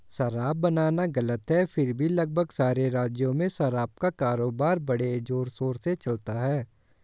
शराब बनाना गलत है फिर भी लगभग सारे राज्यों में शराब का कारोबार बड़े जोरशोर से चलता है